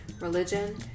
religion